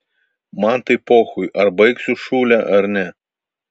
man tai pochui ar baigsiu šūlę ar ne